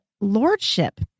lordship